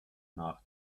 nach